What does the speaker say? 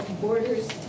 borders